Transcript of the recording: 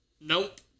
nope